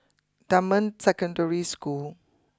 Dunman Secondary School